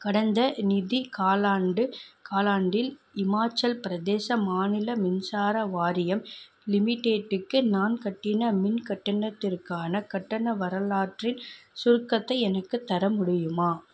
கடந்த நிதி காலாண்டு காலாண்டில் இமாச்சல் பிரதேச மாநில மின்சார வாரியம் லிமிடெட்டுக்கு நான் கட்டின மின் கட்டணத்திற்கான கட்டண வரலாற்றின் சுருக்கத்தை எனக்குத் தர முடியுமா